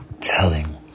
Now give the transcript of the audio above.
telling